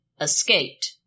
escaped